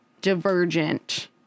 Divergent